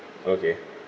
okay